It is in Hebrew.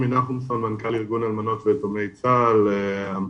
אני מנכ"ל ארגון אלמנות ויתומי צה"ל.